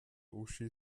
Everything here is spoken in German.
uschi